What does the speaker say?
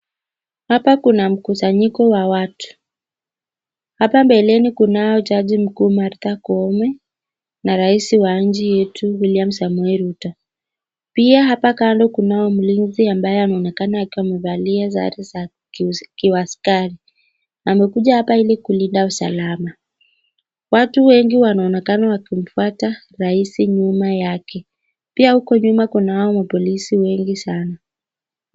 Hapa kuna mkusanyiko wa watu. Hapa mbeleni kunao jaji mkuu, Martha Koome na rais wa nchi yetu, William Samoei Ruto. Pia hapa kando kunao mlinzi ambaye anaonekana akiwa amevalia sare za kiuaskari. Amekuja hapa ili kulinda usalama. Watu wengi wanaonekana wakimfwata rais nyuma yake. Pia huku nyuma kunao mapolisi wengi sana.